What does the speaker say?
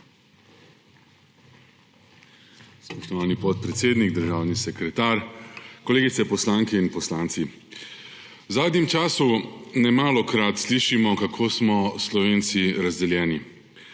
Spoštovani podpredsednik, državni sekretar, kolegice poslanke in poslanci! V zadnjem času nemalokrat slišimo, kako smo Slovenci razdeljeni;